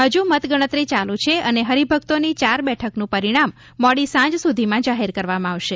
હજુ મતગણતરી ચાલુ છે અને હરિભક્તોની ચાર બેઠકનું પરિણામ મોડી સાંજ સુધીમાં જાહેર કરવામાં આવશે